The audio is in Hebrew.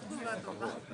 לגבי העברות תקציביות,